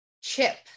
Chip